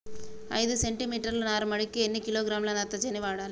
ఐదు సెంటి మీటర్ల నారుమడికి ఎన్ని కిలోగ్రాముల నత్రజని వాడాలి?